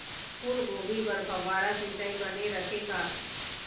फूलगोभी बर फव्वारा सिचाई बने रथे का?